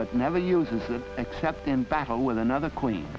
but never use it except in battle with another queen